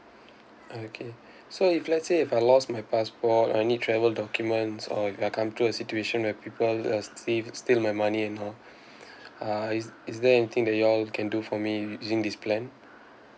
okay so if let's say if I lost my passport or any travel documents or I come to a situation where people uh steal steal my money and all uh is is there anything that you all can do for me using this plan